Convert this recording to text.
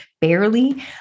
barely